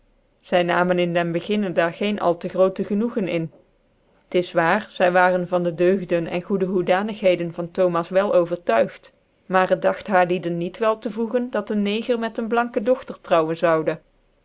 zy namen in den beginne daar geen al te groote genoegen in t is waar zy waren van dc deugden en goede hoedanigheden van thomas wel overtuigt maar het dage lnirliedcn niet wel te voegen dat een neger met een blanke dogtcr trouwen zou